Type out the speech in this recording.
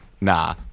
nah